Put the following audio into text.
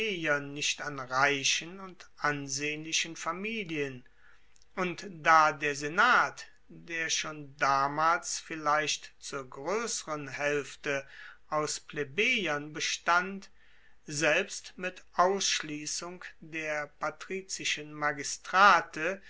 plebejern nicht an reichen und ansehnlichen familien und da der senat der schon damals vielleicht zur groesseren haelfte aus plebejern bestand selbst mit ausschliessung der patrizischen magistrate